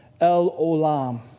El-Olam